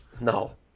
No